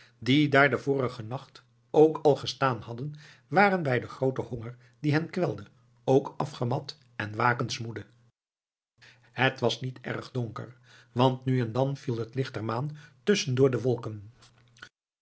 die daar den vorigen nacht ook al gestaan hadden waren bij den grooten honger die hen kwelde ook afgemat en wakens moede het was niet erg donker want nu en dan viel het licht der maan tusschendoor de wolken